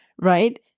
right